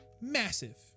massive